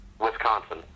Wisconsin